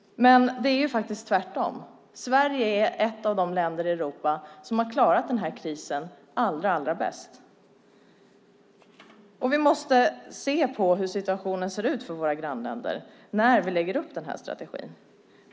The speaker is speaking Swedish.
Det är faktiskt tvärtom. Sverige är ett av de länder i Europa som har klarat krisen bäst. Vi måste se på hur situationen ser ut för våra grannländer när vi lägger upp strategin.